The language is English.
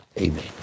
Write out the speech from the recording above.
amen